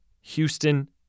Houston